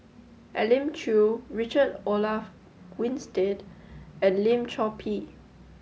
Elim Chew Richard Olaf Winstedt and Lim Chor Pee